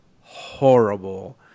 horrible